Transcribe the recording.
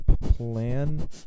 plan